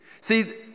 See